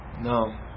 No